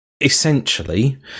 essentially